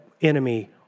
enemy